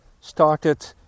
started